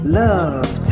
love